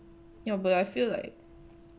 ya but I feel like